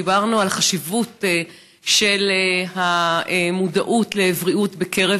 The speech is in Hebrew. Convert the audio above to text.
דיברנו על חשיבות המודעות לבריאות בקרב